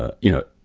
ah you know,